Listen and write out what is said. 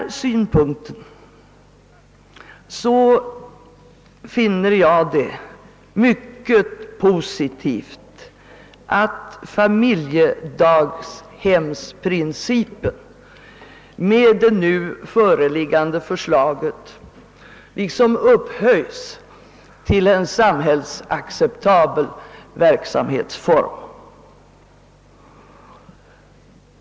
Ur denna synpunkt finner jag det mycket positivt att familjedaghemsprincipen i det förevarande förslaget upphöjs till en »samhällsacceptabel» verksamhetsform.